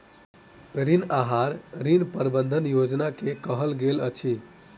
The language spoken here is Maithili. ऋण आहार, ऋण प्रबंधन योजना के कहल गेल अछि